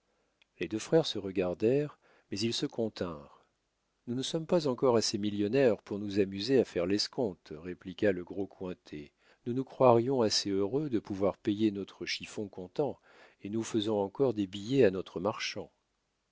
les deux frères se regardèrent mais ils se continrent nous ne sommes pas encore assez millionnaires pour nous amuser à faire l'escompte répliqua le gros cointet nous nous croirions assez heureux de pouvoir payer notre chiffon comptant et nous faisons encore des billets à notre marchand